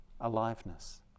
aliveness